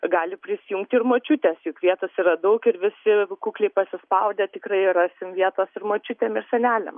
gali prisijungti ir močiutės juk vietos yra daug ir visi kukliai pasispaudę tikrai rasime vietos ir močiutėm ir seneliam